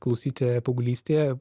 klausyti paauglystėje